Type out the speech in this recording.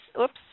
Oops